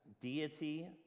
deity